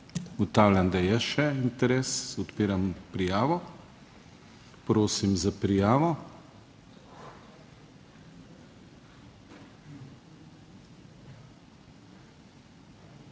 Ugotavljam, da je še interes, odpiram prijavo. Prosim za prijavo.